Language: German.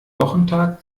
wochentag